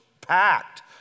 packed